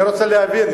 אני רוצה להבין.